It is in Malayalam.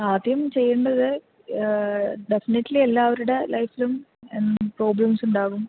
ആദ്യം ചെയ്യേണ്ടത് ഡെഫിനിറ്റ്ലി എല്ലാവരുടെ ലൈഫിലും പ്രോബ്ലെംസ് ഉണ്ടാവും